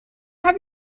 have